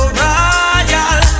royal